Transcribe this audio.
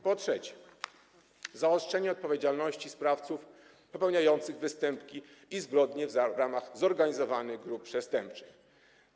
Po trzecie, zaostrzenie odpowiedzialności sprawców popełniających występki i zbrodnie w ramach zorganizowanych grup przestępczych.